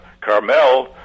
Carmel